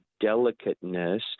delicateness